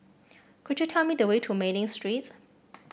could you tell me the way to Mei Ling Streets